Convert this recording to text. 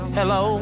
Hello